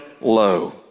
low